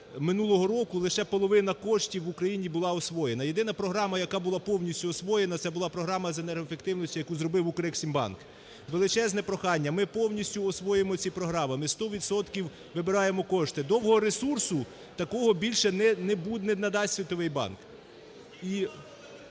минулого року лише половина коштів в Україні була освоєна. Єдина програма, яка була повністю освоєна, це була програма з енергоефективності, яку зробив "Укрексімбанк". Величезне прохання, ми повністю освоїмо ці програми, ми сто відсотків вибираємо кошти, довгого ресурсу такого більше не надасть Світовий банк.